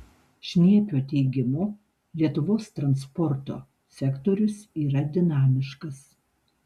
šniepio teigimu lietuvos transporto sektorius yra dinamiškas